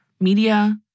media